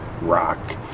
rock